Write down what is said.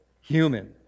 human